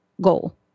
goal